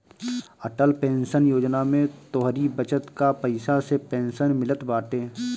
Atal pension योजना में तोहरी बचत कअ पईसा से पेंशन मिलत बाटे